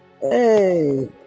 Hey